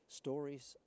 stories